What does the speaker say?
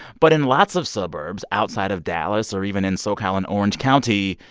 but in lots of suburbs outside of dallas or even in socal in orange county,